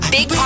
Big